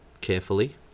carefully